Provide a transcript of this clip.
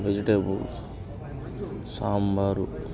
vegetable sambar